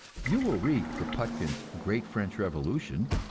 you will read kropotkin's great french revolution,